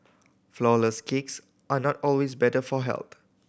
flourless cakes are not always better for health